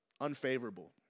unfavorable